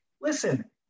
Listen